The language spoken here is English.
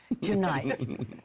tonight